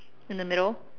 in the middle